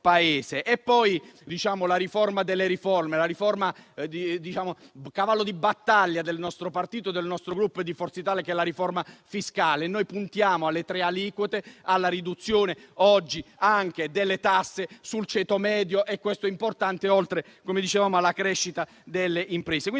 è poi la riforma delle riforme, il cavallo di battaglia del nostro partito e del nostro Gruppo, Forza Italia, che è quella fiscale. Noi puntiamo alle tre aliquote, alla riduzione anche delle tasse per il ceto medio (questo è importante), oltre, come dicevo, alla crescita delle imprese.